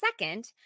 second